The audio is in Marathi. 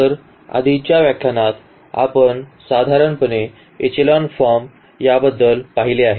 तर आधीच्या व्याख्यानात आपण साधारणपणे इचेलॉन फॉर्म याबद्दल पाहिले आहे